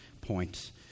point